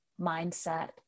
mindset